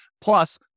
Plus